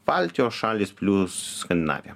baltijos šalys plius skandinavija